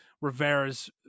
Rivera's